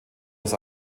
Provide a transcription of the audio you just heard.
aus